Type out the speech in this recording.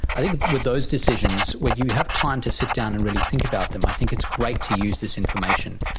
i think with those decisions, when you have time to sit down and really think about them i think it's great to use this information.